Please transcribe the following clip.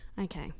Okay